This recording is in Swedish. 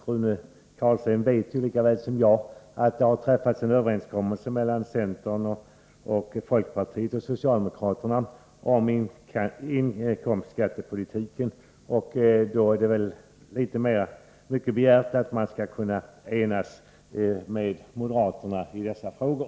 Rune Carlstein vet lika väl som jag att det har träffats en överenskommelse mellan centern, folkpartiet och socialdemokraterna om inkomstskattepolitiken, och då är det kanske litet väl mycket begärt att vi skall kunna enas med moderaterna i dessa frågor.